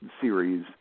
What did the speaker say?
series